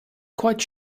quite